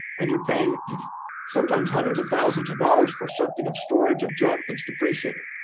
and you're paying sometimes hundreds of thousands of dollars for something of storage of junk that's depreciating